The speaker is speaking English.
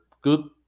good